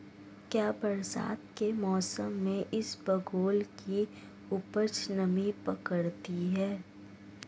क्या बरसात के मौसम में इसबगोल की उपज नमी पकड़ती है?